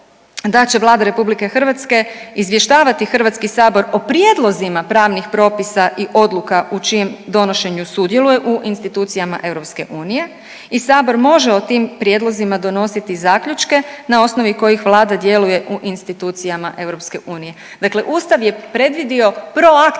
da će Vlada RH izvještavati HS o prijedlozima pravnih propisa i odluka u čijem donošenju sudjeluje u institucijama EU i sabor može o tim prijedlozima donositi zaključke na osnovi kojih vlada djeluje u institucijama EU, dakle ustav je predvidio proaktivnu